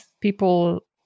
people